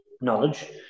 knowledge